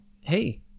hey